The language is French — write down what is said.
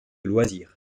loisirs